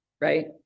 right